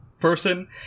person